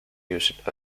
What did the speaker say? used